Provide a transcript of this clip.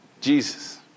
Jesus